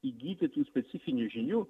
įgyti tų specifinių žinių